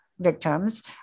Victims